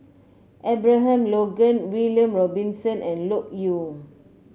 Abraham Logan William Robinson and Loke Yew